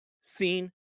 seen